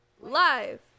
live